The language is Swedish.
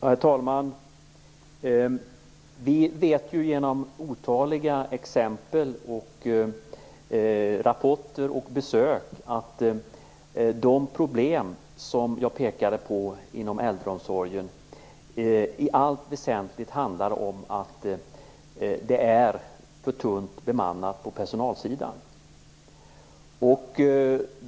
Herr talman! Vi vet ju genom otaliga exempel, rapporter och besök att de problem som jag pekade på inom äldreomsorgen i allt väsentligt handlar om att det är för tunt på personalsidan.